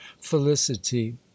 felicity